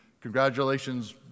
congratulations